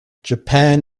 japan